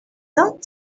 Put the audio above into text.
not